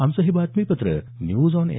आमचं हे बातमीपत्र न्यूज ऑन ए